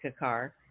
Kakar